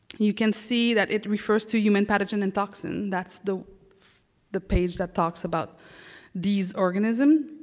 you can see that it refers to human pathogen and toxin. that's the the page that talks about these organisms.